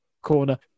corner